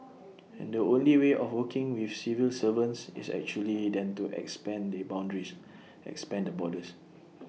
and the only way of working with civil servants is actually then to expand the boundaries expand the borders